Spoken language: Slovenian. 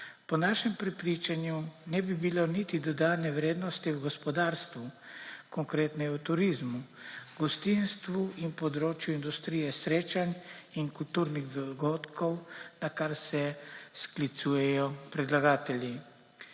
Po našem prepričanju ne bi bilo niti dodane vrednosti v gospodarstvu, konkretneje v turizmu, gostinstvu in področju industrije srečanj in kulturnih dogodkov, na kar se sklicujejo predlagatelji.